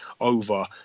over